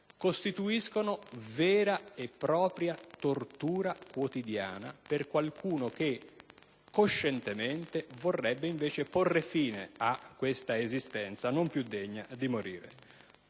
costituiscono vera e propria tortura quotidiana per qualcuno che coscientemente vorrebbe invece porre fine a questa esistenza non più degna di morire.